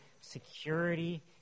security